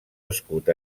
escut